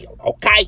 Okay